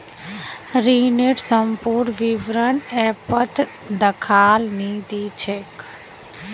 ऋनेर संपूर्ण विवरण ऐपत दखाल नी दी छेक